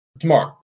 Tomorrow